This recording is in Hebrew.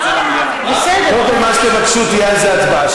מה שתבקשו, תהיה על זה הצבעה.